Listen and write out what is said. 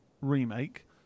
remake